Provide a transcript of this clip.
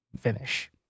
finish